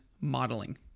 modeling